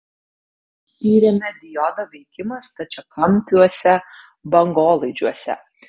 tyrėme diodo veikimą stačiakampiuose bangolaidžiuose